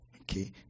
Okay